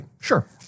Sure